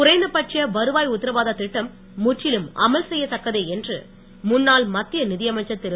குறைந்தபட்ச வருவாய் உத்திரவாத திட்டம் முற்றிலும் அமல்செய்யத் தக்கதே என்று முன்னாள் மத்திய நிதியமைச்சர் திரு